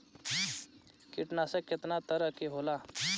कीटनाशक केतना तरह के होला?